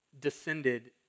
descended